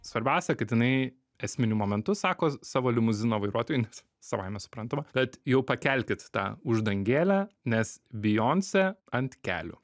svarbiausia kad jinai esminiu momentu sako savo limuzino vairuotoju nes savaime suprantama kad jau pakelkit tą uždangėlę nes bijoncė ant kelių